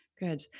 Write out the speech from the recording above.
Good